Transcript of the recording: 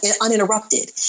uninterrupted